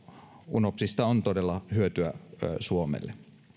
unopsista on todella hyötyä suomelle